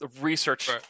research